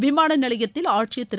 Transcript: விமான நிலையத்தில் ஆட்சியர் திரு